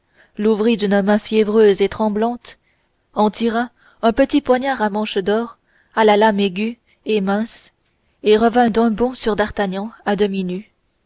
l'ouvrit d'une main fiévreuse et tremblante en tira un petit poignard à manche d'or à la lame aiguë et mince et revint d'un bond sur d'artagnan à demi nu